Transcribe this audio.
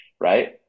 right